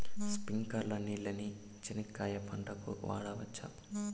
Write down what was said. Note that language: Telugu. స్ప్రింక్లర్లు నీళ్ళని చెనక్కాయ పంట కు వాడవచ్చా?